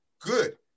good